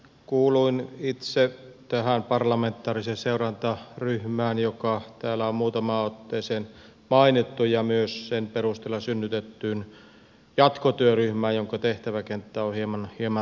kuuluin itse tähän parlamentaariseen seurantaryhmään joka täällä on muutamaan otteeseen mainittu ja myös sen perusteella synnytettyyn jatkotyöryhmään jonka tehtäväkenttä on hieman rajatumpi